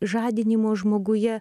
žadinimo žmoguje